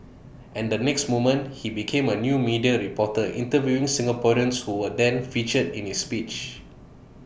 and the next moment he became A new media reporter interviewing Singaporeans who were then featured in his speech